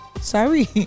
Sorry